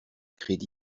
crédit